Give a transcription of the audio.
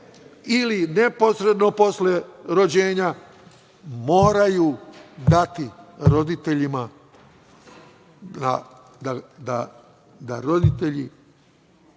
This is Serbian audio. ili neposredno posle rođenja moraju dati roditeljima, da roditelji